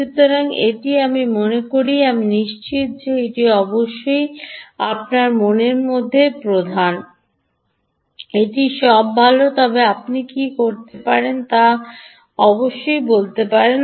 সুতরাং এটি আমি মনে করি আমি নিশ্চিত যে এটি অবশ্যই আপনার মনের মধ্যে প্রধান এটি সব ভাল তবে আপনি কী করতে পারেন তা করতে পারেন